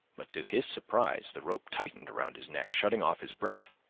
but to his surprise the rope tightened around his neck, shutting off his breath.